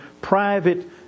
private